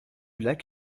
lac